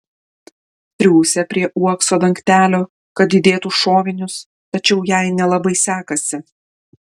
triūsia prie uokso dangtelio kad įdėtų šovinius tačiau jai nelabai sekasi